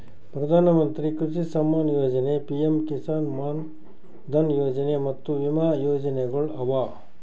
ಪ್ರಧಾನ ಮಂತ್ರಿ ಕೃಷಿ ಸಮ್ಮಾನ ಯೊಜನೆ, ಪಿಎಂ ಕಿಸಾನ್ ಮಾನ್ ಧನ್ ಯೊಜನೆ ಮತ್ತ ವಿಮಾ ಯೋಜನೆಗೊಳ್ ಅವಾ